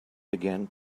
began